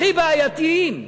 הכי בעייתיים,